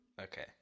Okay